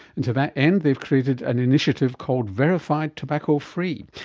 and to that end they've created an initiative called verified tobacco-free.